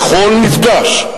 בכל מפגש,